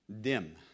dim